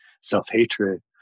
self-hatred